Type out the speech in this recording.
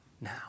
now